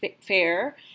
fair